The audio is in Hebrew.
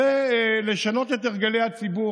זה לשנות את הרגלי הציבור.